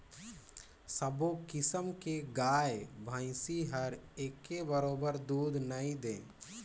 सबो किसम के गाय भइसी हर एके बरोबर दूद नइ दे